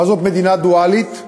מה זאת מדינה דואלית?